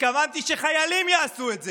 התכוונתי שחיילים יעשו את זה.